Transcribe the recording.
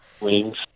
wings